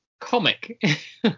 comic